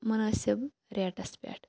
مُنٲسِب ریٹَس پٮ۪ٹھ